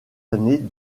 années